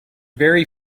very